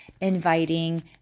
inviting